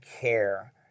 care